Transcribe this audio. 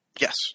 Yes